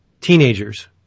teenagers